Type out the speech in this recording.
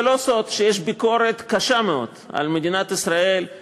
זה לא סוד שיש ביקורת קשה מאוד על מדינת ישראל,